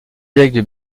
dialectes